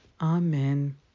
Amen